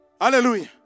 Hallelujah